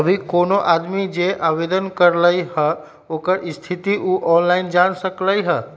अभी कोनो आदमी जे आवेदन करलई ह ओकर स्थिति उ ऑनलाइन जान सकलई ह